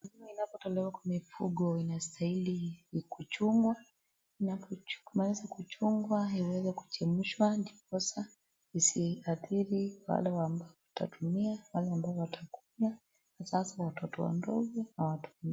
Maziwa yanapotolewa kwa mifugo yanastahili ikuchungwa yanapo maliza kuchungwa yaweze kuchemshwa ndiposa yasiathiri wale ambao watatumia wale ambao watakunywa hasa watoto wadogo na watu.